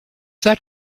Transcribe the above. that